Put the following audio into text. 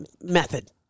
method